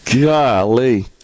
Golly